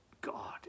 God